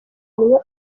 iyo